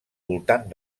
voltant